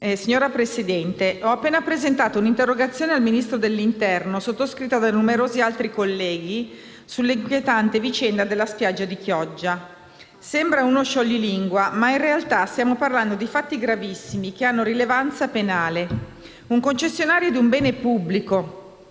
Signora Presidente, ho appena presentato un'interrogazione al Ministro dell'interno, sottoscritta da numerosi altri colleghi, sull'inquietante vicenda della spiaggia di Chioggia. Sembra uno scioglilingua ma in realtà stiamo parlando di fatti gravissimi, che hanno rilevanza penale. Un concessionario di un bene pubblico,